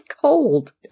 cold